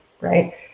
right